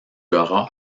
auras